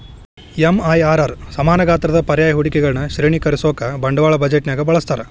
MIRR ಸಮಾನ ಗಾತ್ರದ ಪರ್ಯಾಯ ಹೂಡಿಕೆಗಳನ್ನ ಶ್ರೇಣೇಕರಿಸೋಕಾ ಬಂಡವಾಳ ಬಜೆಟ್ನ್ಯಾಗ ಬಳಸ್ತಾರ